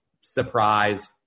surprise